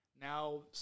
now